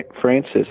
Francis